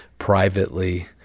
privately